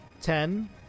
ten